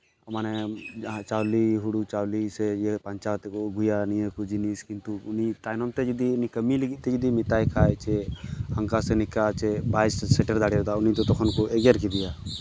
ᱢᱟᱱᱮ ᱡᱟᱦᱟᱸ ᱪᱟᱣᱞᱮ ᱦᱳᱲᱳ ᱪᱟᱣᱞᱮ ᱥᱮ ᱯᱟᱧᱪᱟ ᱛᱮᱠᱚ ᱟᱹᱜᱩᱭᱟ ᱱᱤᱭᱟᱹ ᱠᱚ ᱡᱤᱱᱤᱥ ᱠᱤᱱᱛᱩ ᱩᱱᱤ ᱛᱟᱭᱱᱚᱢ ᱛᱮ ᱡᱩᱫᱤ ᱠᱟᱹᱢᱤ ᱞᱟᱹᱜᱤᱫ ᱛᱮ ᱡᱩᱫᱤ ᱢᱮᱛᱟᱭ ᱠᱷᱟᱡ ᱡᱮ ᱦᱟᱱᱠᱟ ᱥᱮ ᱱᱤᱝᱠᱟ ᱵᱟᱭ ᱥᱮᱴᱮᱨ ᱫᱟᱲᱮᱭᱟᱫᱟ ᱩᱱᱤ ᱫᱚ ᱛᱚᱠᱷᱚᱱ ᱠᱚ ᱮᱜᱮᱨ ᱠᱮᱫᱮᱭᱟ